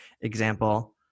example